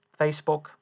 Facebook